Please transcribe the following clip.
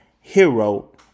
Hero